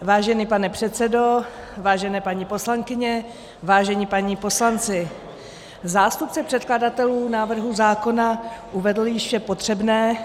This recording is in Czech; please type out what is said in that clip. Vážený pane předsedo, vážené paní poslankyně, vážení páni poslanci, zástupce předkladatelů návrhu zákona uvedl již vše potřebné.